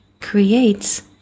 creates